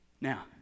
Now